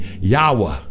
Yahweh